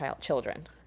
children